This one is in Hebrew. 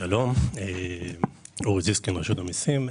שלום, אני מרשות המסים.